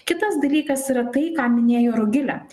kitas dalykas yra tai ką minėjo rugilė